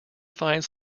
find